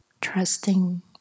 Trusting